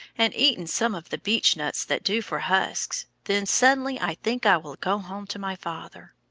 and eaten some of the beech nuts that do for husks, then suddenly i think i will go home to my father.